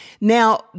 Now